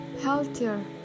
healthier